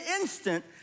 instant